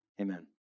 Amen